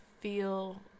feel